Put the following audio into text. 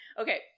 okay